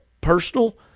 personal